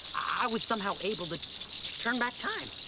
i was somehow able to to turn back time.